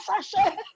Sasha